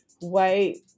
white